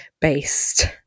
based